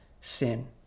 sin